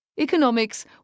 Economics